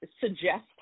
suggest